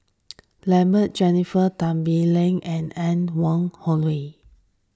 Lambert Jennifer Tan Bee Leng and Anne Wong Holloway